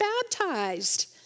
baptized